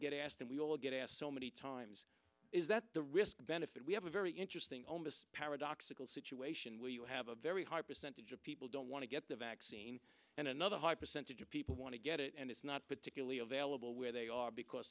get asked and we all get asked so many times is that the risk benefit we have a very interesting oh miss paradoxical situation where you have a very high percentage of people don't want to get the vaccine and another high percentage of people want to get it and it's not particularly available where they are because